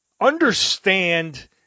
understand